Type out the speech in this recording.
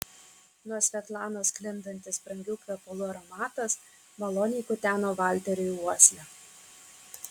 nuo svetlanos sklindantis brangių kvepalų aromatas maloniai kuteno valteriui uoslę